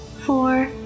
four